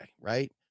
right